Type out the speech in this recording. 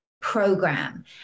program